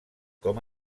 com